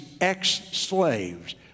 ex-slaves